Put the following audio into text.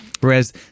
Whereas